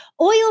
Oil